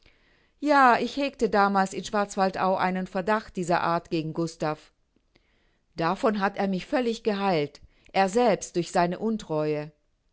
ja ich hegte damals in schwarzwaldau einen verdacht dieser art gegen gustav davon hat er mich völlig geheilt er selbst durch seine untreue